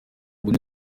ubona